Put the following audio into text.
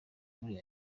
muri